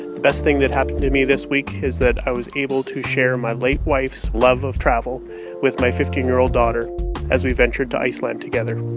the best thing that happened to me this week is that i was able to share my late wife's love of travel with my fifteen year old daughter as we ventured to iceland together.